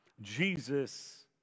Jesus